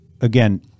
again